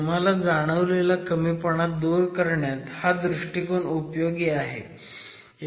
तुम्हाला जाणवलेला कमीपणा दूर करण्यात हा दृष्टिकोन उपयोगी आहे